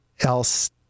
else